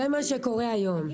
זה מה שקורה היום.